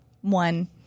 one